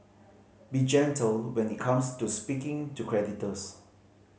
be gentle when it comes to speaking to creditors